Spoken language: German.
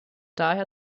daher